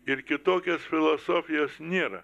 ir kitokios filosofijos nėra